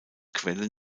quellen